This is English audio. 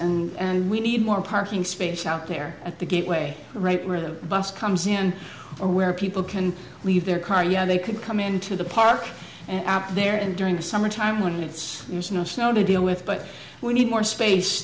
last and we need more parking space out there at the gateway right where the bus comes in or where people can leave their car yeah they could come into the park and out there and during the summertime when it's snow snow to deal with but we need more space